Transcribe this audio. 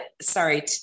sorry